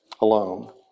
alone